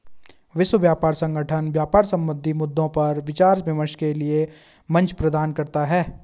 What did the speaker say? विश्व व्यापार संगठन व्यापार संबंधी मद्दों पर विचार विमर्श के लिये मंच प्रदान करता है